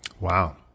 Wow